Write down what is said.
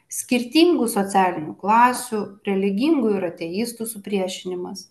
skirtingų socialinių klasių religingų ir ateistų supriešinimas